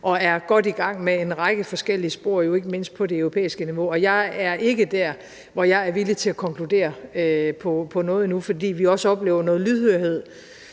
og er godt i gang med en række forskellige spor, jo ikke mindst på det europæiske niveau, og jeg er ikke der, hvor jeg er villig til at konkludere på noget endnu, fordi vi også oplever noget lydhørhed